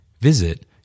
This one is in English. Visit